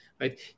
right